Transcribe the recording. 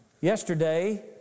Yesterday